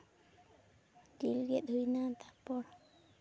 ᱡᱤᱞ ᱜᱮᱫ ᱦᱩᱭᱱᱟ ᱛᱟᱯᱚᱨ